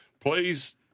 please